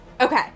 Okay